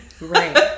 right